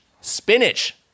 spinach